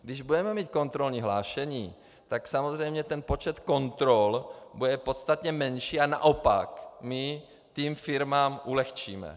Když budeme mít kontrolní hlášení, tak samozřejmě počet kontrol bude podstatně menší a naopak to firmám ulehčíme.